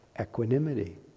equanimity